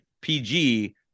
PG